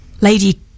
lady